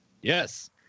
Yes